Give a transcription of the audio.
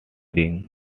ring